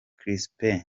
chrispin